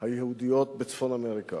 היהודיות בצפון-אמריקה.